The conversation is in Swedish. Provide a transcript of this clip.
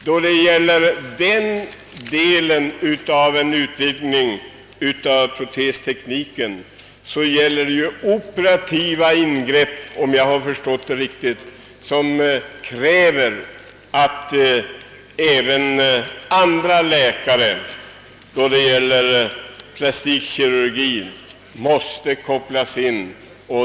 Om jag förstått det hela riktigt, blir det när det gäller protesteknikens utveckling fråga om operativa ingrepp, som kräver att även andra läkare inom plastikkirurgin måste kopplas in.